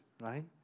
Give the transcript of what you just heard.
right